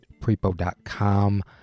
prepo.com